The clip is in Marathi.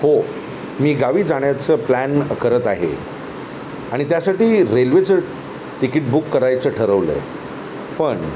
हो मी गावी जाण्याचं प्लॅन करत आहे आणि त्यासाठी रेल्वेचं तिकीट बुक करायचं ठरवलं आहे पण